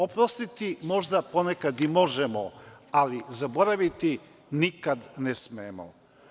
Oprostiti možda ponekada i možemo, ali zaboraviti nikada ne smemo.